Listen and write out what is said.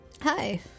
hi